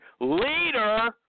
leader